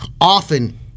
often